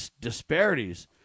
disparities